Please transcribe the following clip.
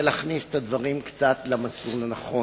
להכניס את הדברים קצת למסלול הנכון.